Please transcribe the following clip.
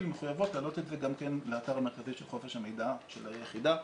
מחויבים להעלות את זה גם לאתר המרכזי של חופש המידע של היחידה,